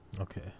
Okay